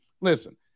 listen